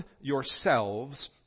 yourselves